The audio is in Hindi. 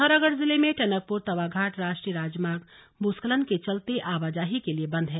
पिथौरागढ़ जिले में टनकपुर तवाघाट राष्ट्रीय राजमार्ग भूस्खलन के चलते आवाजाही के लिए बंद है